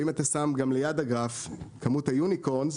אם אתה שם ליד הגרף כמות היוניקורן,